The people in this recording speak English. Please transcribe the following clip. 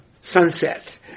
sunset